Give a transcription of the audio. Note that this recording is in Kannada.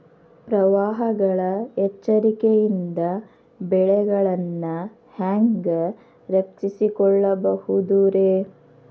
ಪ್ರವಾಹಗಳ ಎಚ್ಚರಿಕೆಯಿಂದ ಬೆಳೆಗಳನ್ನ ಹ್ಯಾಂಗ ರಕ್ಷಿಸಿಕೊಳ್ಳಬಹುದುರೇ?